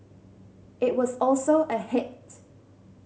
it was also a hit